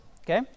okay